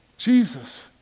Jesus